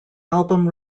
album